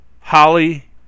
holly